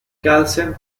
calcium